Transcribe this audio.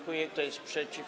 Kto jest przeciw?